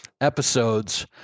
episodes